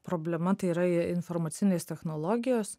problema tai yra informacinės technologijos